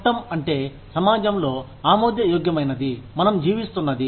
చట్టం అంటే సమాజంలో ఆమోద యోగ్యమైనది మనం జీవిస్తున్నది